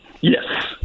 Yes